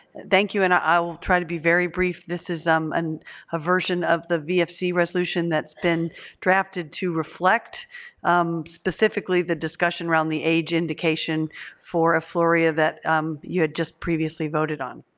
thank you and i will try to be very brief. this is um and a version of the vfc resolution that's been drafted to reflect specifically the discussion around the age indication for afluria that um you had just previously voted on.